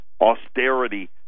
austerity